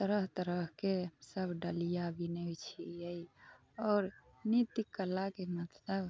तरह तरहके सभ डलिया बिनै छियै आओर नृत्य कलाके मतलब